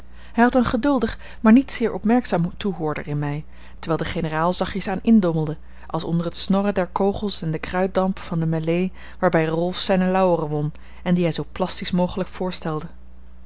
had een geduldig maar niet zeer opmerkzaam toehoorder in mij terwijl de generaal zachtjes aan indommelde als onder het snorren der kogels en den kruitdamp van de mélée waarbij rolf zijne lauweren won en die hij zoo plastisch mogelijk voorstelde